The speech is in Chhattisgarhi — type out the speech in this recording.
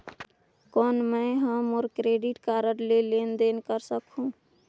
कौन मैं ह मोर क्रेडिट कारड ले लेनदेन कर सकहुं?